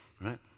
right